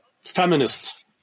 feminists